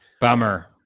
Bummer